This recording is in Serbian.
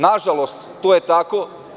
Nažalost, to je tako.